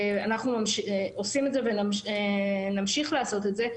אנחנו עושים את זה ונמשיך לעשות את זה.